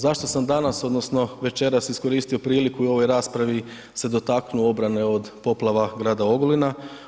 Zašto sam danas odnosno večeras iskoristio priliku i u ovoj raspravi se dotaknuo obrane od poplava grada Ogulina?